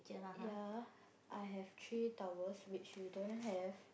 ya I have three towers which you don't have